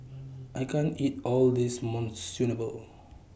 I can't eat All of This Monsunabe